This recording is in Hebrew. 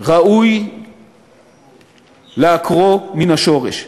ראוי לעוקרו מן השורש.